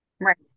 Right